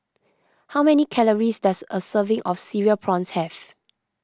how many calories does a serving of Cereal Prawns have